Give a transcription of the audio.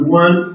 one